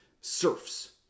serfs